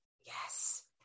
Yes